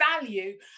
value